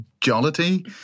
jollity